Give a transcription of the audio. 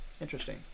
interesting